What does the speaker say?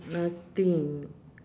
nothing